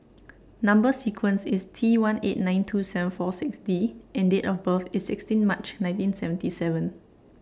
Number sequence IS T one eight nine two seven four six D and Date of birth IS sixteen March nineteen seventy seven